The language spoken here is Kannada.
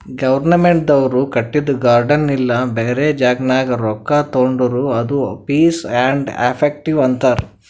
ಗೌರ್ಮೆಂಟ್ದವ್ರು ಕಟ್ಟಿದು ಗಾರ್ಡನ್ ಇಲ್ಲಾ ಬ್ಯಾರೆ ಜಾಗನಾಗ್ ರೊಕ್ಕಾ ತೊಂಡುರ್ ಅದು ಫೀಸ್ ಆ್ಯಂಡ್ ಎಫೆಕ್ಟಿವ್ ಅಂತಾರ್